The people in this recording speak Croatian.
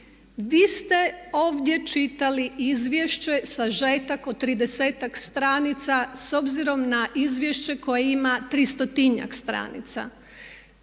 Di ste ovdje čitali izvješće, sažetak od 30-tak stranica s obzirom izvješće koje ima 300-injak stranica.